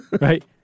Right